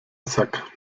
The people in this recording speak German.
sack